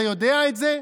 אתה יודע את זה?